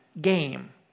game